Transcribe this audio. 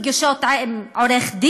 איסור פגישות עם עורך-דין?